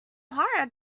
clara